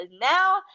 now